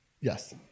yes